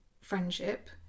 friendship